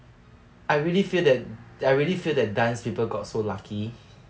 I really feel that I really feel that dance people got so lucky